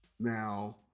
Now